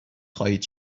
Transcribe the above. خواهید